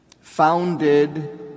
founded